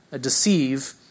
deceive